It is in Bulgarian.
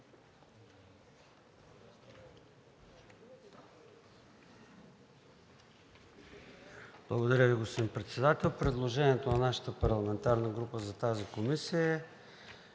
Благодаря Ви, господин Председател. Предложенията на нашата парламентарна група за тази комисия